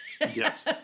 Yes